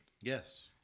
Yes